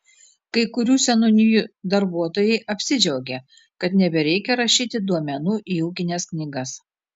kai kurių seniūnijų darbuotojai apsidžiaugė kad nebereikia rašyti duomenų į ūkines knygas